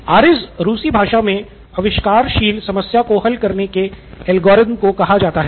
ARIZ रूसी भाषा मे आविष्कारशील समस्या को हल करने के एल्गोरिथ्म को कहा जाता है